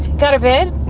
got a bid.